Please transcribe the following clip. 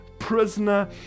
prisoner